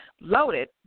loaded